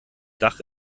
dach